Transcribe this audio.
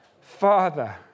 Father